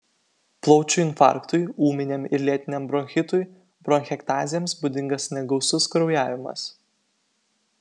plaučių infarktui ūminiam ir lėtiniam bronchitui bronchektazėms būdingas negausus kraujavimas